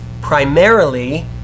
primarily